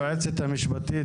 היועצת המשפטית,